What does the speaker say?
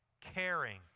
caring